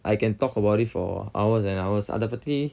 I can talk about it for hours and hours அதப்பத்தி:athappathi